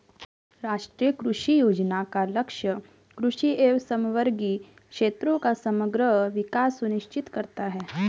राष्ट्रीय कृषि योजना का लक्ष्य कृषि एवं समवर्गी क्षेत्रों का समग्र विकास सुनिश्चित करना है